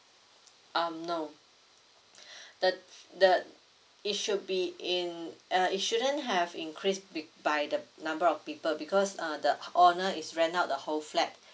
um no the the it should be in uh it shouldn't have increase big by the number of people because uh the owner is rent out the whole flat